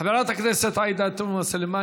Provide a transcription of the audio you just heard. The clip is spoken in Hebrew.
חברת הכנסת עאידה תומא סלימאן,